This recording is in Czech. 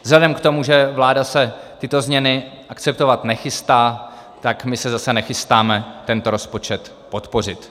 Vzhledem k tomu, že vláda se tyto změny akceptovat nechystá, tak my se zase nechystáme tento rozpočet podpořit.